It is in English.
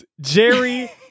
Jerry